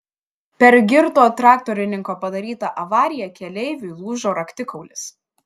per girto traktorininko padarytą avariją keleiviui lūžo raktikaulis